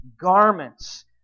garments